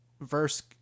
verse